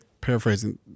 paraphrasing